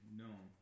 known